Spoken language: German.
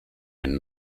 ein